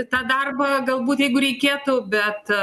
tą darbą galbūt jeigu reikėtų bet